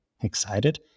excited